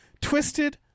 Twisted